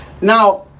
Now